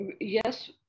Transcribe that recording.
Yes